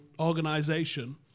organization